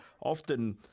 often